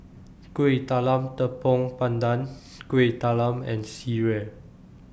Kuih Talam Tepong Pandan Kueh Talam and Sireh